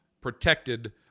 protected